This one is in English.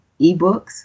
eBooks